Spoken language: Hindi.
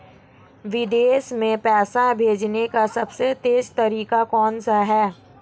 विदेश में पैसा भेजने का सबसे तेज़ तरीका कौनसा है?